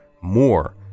more